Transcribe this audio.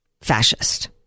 Fascist